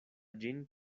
ĝin